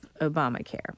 Obamacare